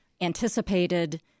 anticipated